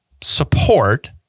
Support